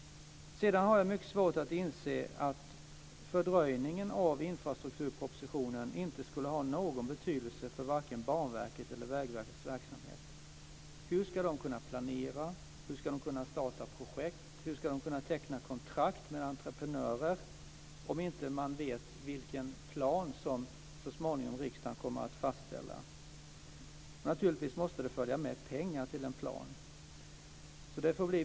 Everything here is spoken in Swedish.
Sedan har jag mycket svårt att inse att fördröjningen av infrastrukturpropositionen inte skulle ha någon betydelse för vare sig Banverkets eller Vägverkets verksamhet. Hur ska de kunna planera? Hur ska de kunna starta projekt? Hur ska de kunna teckna kontrakt med entreprenörer om de inte vet vilken plan som riksdagen så småningom kommer att fastställa? Naturligtvis måste det följa med pengar till en plan.